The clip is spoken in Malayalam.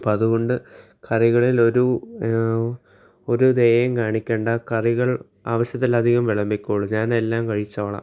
അപ്പോൾ അതുകൊണ്ട് കറികളിൽ ഒരു ഒരു ദയയും കാണിക്കേണ്ട കറികൾ ആവശ്യത്തിലധികം വിളമ്പിക്കോളൂ ഞാൻ എല്ലാം കഴിച്ചോളാം